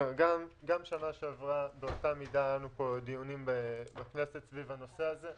גם בשנה שעברה באותה מידה היו לנו פה דיונים בכנסת סביב הנושא הזה,